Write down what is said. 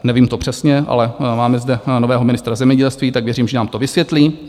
Nevím to přesně, ale máme zde nového ministra zemědělství, tak věřím, že nám to vysvětlí.